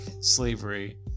slavery